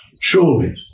Surely